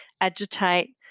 agitate